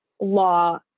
law